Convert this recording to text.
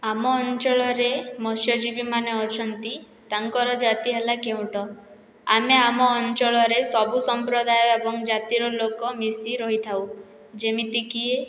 ଆମ ଅଞ୍ଚଳରେ ମତ୍ସ୍ୟଜୀବୀମାନେ ଅଛନ୍ତି ତାଙ୍କର ଜାତି ହେଲା କେଉଟ ଆମେ ଆମ ଅଞ୍ଚଳରେ ସବୁ ସଂପ୍ରଦାୟ ଏବଂ ଜାତିର ଲୋକ ମିଶି ରହିଥାଉ ଯେମିତିକି